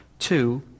Two